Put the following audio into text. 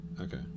okay